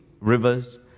rivers